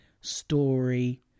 story